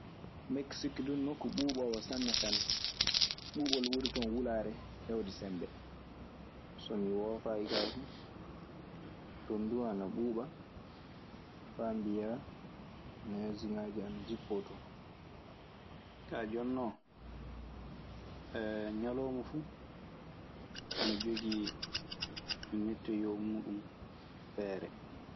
Mekesike dun noku ɓuboowo sanne sanne, ɓubol ɓuritone wolare hewde seemɓe. So mi woofaayi kaa fuu, ɗun duu ana ɓuuɓa faa mbiyaa neesŋaaji ana jippoo ton. Kaa jonnon ñalawma fuu ana jogii metteyoo muuɗun feere.